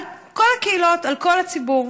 על כל הקהילות, על כל הציבור.